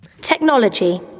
Technology